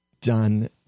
done